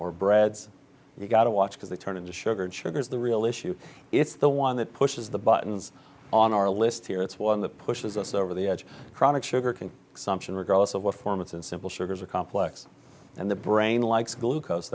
or breads you gotta watch because they turn into sugar and sugar is the real issue it's the one that pushes the buttons on our list here it's one that pushes us over the edge chronic sugar can sumption regardless of what form it's in simple sugars are complex and the brain likes glucose